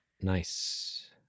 Nice